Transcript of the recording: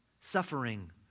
suffering